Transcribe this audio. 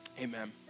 Amen